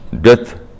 death